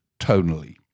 tonally